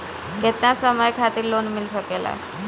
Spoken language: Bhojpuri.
केतना समय खातिर लोन मिल सकेला?